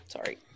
Sorry